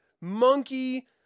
monkey